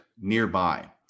nearby